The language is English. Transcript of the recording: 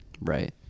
right